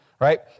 Right